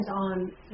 on